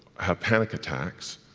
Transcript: have panic attacks,